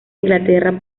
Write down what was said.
inglaterra